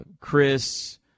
Chris